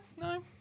no